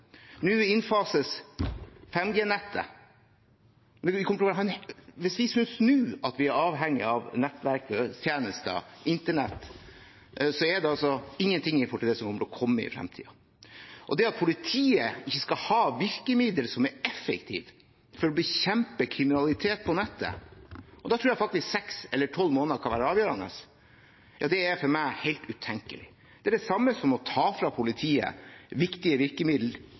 Nå innfases 5G-nettet. Hvis vi nå synes at vi er avhengig av nettverkstjenester – internett – er det ingenting i forhold til det som kommer i fremtiden. At politiet ikke skal ha effektive virkemidler for å bekjempe kriminalitet på nettet – og jeg tror faktisk at forskjellen på seks og tolv måneder kan være avgjørende – er for meg helt utenkelig. Det er det samme som å ta fra politiet viktige